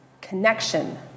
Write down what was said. Connection